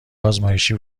آزمایشی